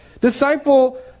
Disciple